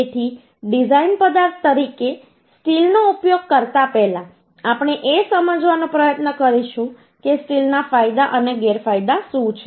તેથી ડિઝાઇન પદાર્થ તરીકે સ્ટીલનો ઉપયોગ કરતા પહેલા આપણે એ સમજવાનો પ્રયત્ન કરીશું કે સ્ટીલના ફાયદા અને ગેરફાયદા શું છે